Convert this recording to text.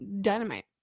dynamite